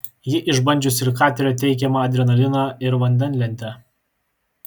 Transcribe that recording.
ji išbandžiusi ir katerio teikiamą adrenaliną ir vandenlentę